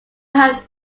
have